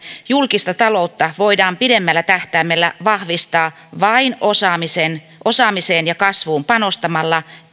julkista taloutta voidaan pidemmällä tähtäimellä vahvistaa vain osaamiseen osaamiseen ja kasvuun panostamalla